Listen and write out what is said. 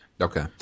Okay